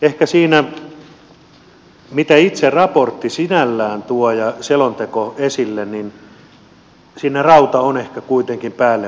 ehkä siinä mitä itse raportti ja selonteko sinällään tuo esille rauta on kuitenkin päällimmäisessä